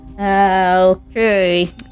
Okay